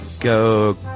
go